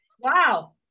Wow